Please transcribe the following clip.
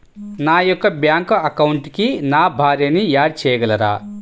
నా యొక్క బ్యాంక్ అకౌంట్కి నా భార్యని యాడ్ చేయగలరా?